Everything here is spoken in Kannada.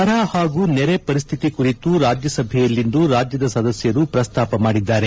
ಬರ ಹಾಗೂ ನೆರೆ ಪರಿಸ್ಡಿತಿ ಕುರಿತು ರಾಜ್ಯಸಭೆಯಲ್ಲಿಂದು ರಾಜ್ಯದ ಸದಸ್ಯರು ಪ್ರಸ್ತಾಪ ಮಾಡಿದ್ದಾರೆ